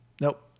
Nope